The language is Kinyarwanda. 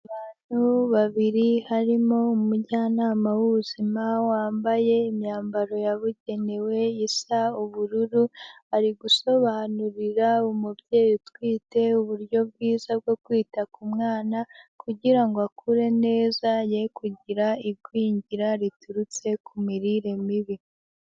Abantu babiri harimo umujyanama w'ubuzima, wambaye imyambaro yabugenewe isa ubururu, ari gusobanurira umubyeyi utwite uburyo bwiza bwo kwita ku mwana, kugira ngo akure neza ye kugira igwingira riturutse ku mirire mibi.